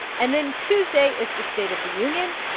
and then tuesday is the state of the union.